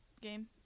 Game